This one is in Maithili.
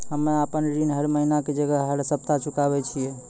हम्मे आपन ऋण हर महीना के जगह हर सप्ताह चुकाबै छिये